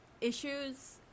issues